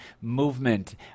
movement